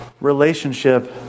relationship